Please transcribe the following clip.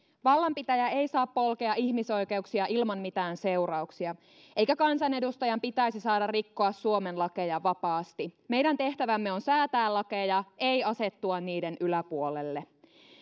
vallanpitäjä ei saa polkea ihmisoikeuksia ilman mitään seurauksia eikä kansanedustajan pitäisi saada rikkoa suomen lakeja vapaasti meidän tehtävämme on säätää lakeja ei asettua niiden yläpuolelle